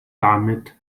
damit